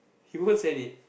he wouldn't send it